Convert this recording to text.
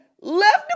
left